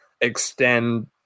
extend